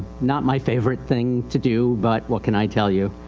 not my favorite thing to do but what can i tell you.